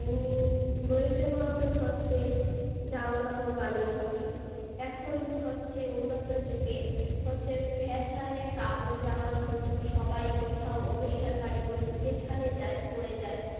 এমনি প্রয়োজন মতন হচ্ছে জামা কাপড় বানিয়ে থাকি এখন হচ্ছে উন্নত যুগে হচ্ছে ফ্যাশানের কাপড় জামা ধরুন সবাই কোথাও অনুষ্ঠান বাড়ি বলুন যেখানে যায় পড়ে যায়